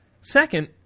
Second